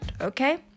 okay